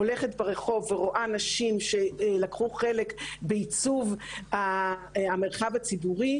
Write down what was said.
הולכת ברחוב ורואה נשים שלקחו חלק בעיצוב המרחב הציבורי,